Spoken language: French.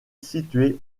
situé